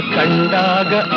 Kandaga